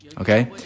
okay